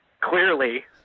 clearly